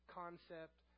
concept